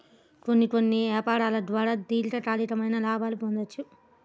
కొన్ని కొన్ని యాపారాల ద్వారా దీర్ఘకాలికమైన లాభాల్ని పొందొచ్చు